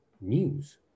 news